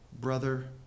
brother